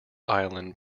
island